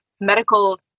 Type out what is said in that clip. medical